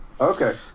Okay